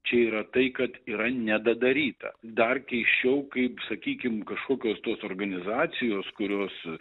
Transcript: čia yra tai kad yra nedadaryta dar keisčiau kaip sakykim kažkokios tos organizacijos kurios